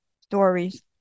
stories